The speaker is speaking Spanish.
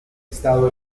estado